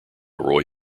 roy